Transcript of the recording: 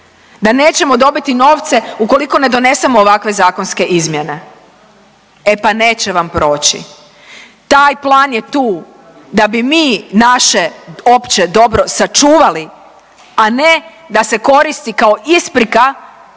da nećemo dobiti novce ukoliko ne donesemo ovakve zakonske izmjene? E pa neće vam proći. Taj plan je tu da bi mi naše opće dobro sačuvali, a ne da se koristi kao isprika